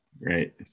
right